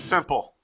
Simple